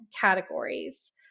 categories